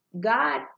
God